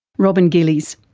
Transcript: robyn gillies.